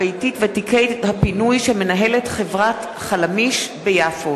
הבעייתית ותיקי הפינוי שמנהלת חברת "חלמיש" ביפו,